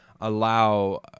allow